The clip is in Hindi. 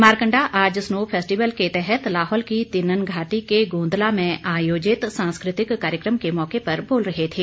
मारकंडा आज स्नो फेस्टिवल के तहत लाहौल की तिनंन घाटी के गोंदला में आयोजित सांस्कृतिक कार्यक्रम के मौके पर बोल रहे थे